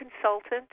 consultant